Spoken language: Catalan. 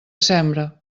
sembre